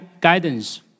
guidance